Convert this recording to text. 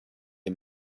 der